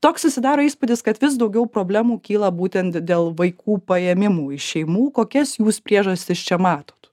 toks susidaro įspūdis kad vis daugiau problemų kyla būtent dėl vaikų paėmimų iš šeimų kokias jūs priežastis čia matot